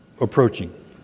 approaching